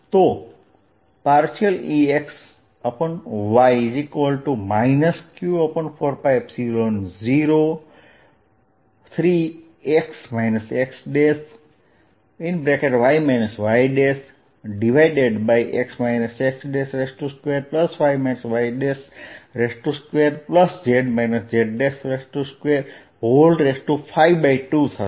તો Ex∂y q4π0 3x xy yx x2y y2z z252 થશે